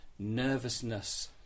Nervousness